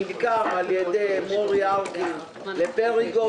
הוא נמכר על ידי מורי ארקין לפריגו.